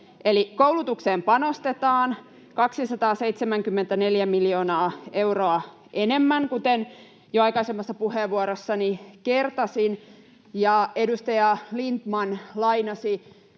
koulutukseen panostetaan 274 miljoonaa euroa enemmän, kuten jo aikaisemmassa puheenvuorossani kertasin. Edustaja Lindtman lainasi